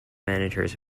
managers